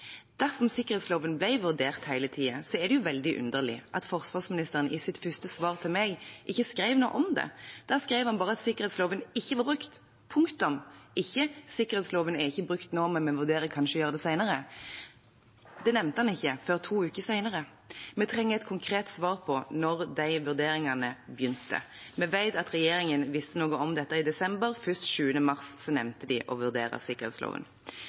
Dersom sikkerhetsloven ble vurdert hele tiden, er det jo veldig underlig at forsvarsministeren i sitt første svar til meg ikke skrev noe om det. Da skrev han bare at sikkerhetsloven ikke var brukt – punktum. Ikke: Sikkerhetsloven er ikke brukt nå, men en vurderer kanskje å gjøre det senere. Det nevnte han ikke før to uker senere. Vi trenger et konkret svar på når de vurderingene begynte. Vi vet at regjeringen visste noe om dette i desember. Først 7. mars nevnte de å vurdere sikkerhetsloven.